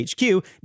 HQ